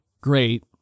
great